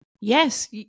Yes